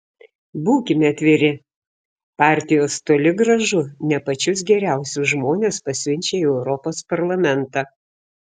būkime atviri partijos toli gražu ne pačius geriausius žmones pasiunčia į europos parlamentą